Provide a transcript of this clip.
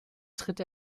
tritt